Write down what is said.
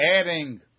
adding